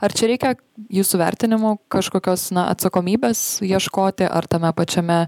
ar čia reikia jūsų vertinimu kažkokios atsakomybės ieškoti ar tame pačiame